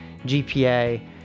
GPA